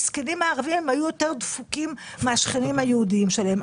המסכנים היו יותר דפוקים מהשכנים היהודים שלהם.